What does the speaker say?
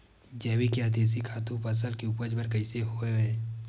जैविक या देशी खातु फसल के उपज बर कइसे होहय?